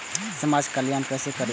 समाज कल्याण केसे करी?